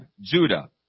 Judah